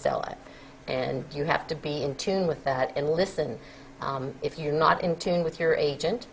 sell it and you have to be in tune with that and listen if you're not in tune with your agent